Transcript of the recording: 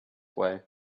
way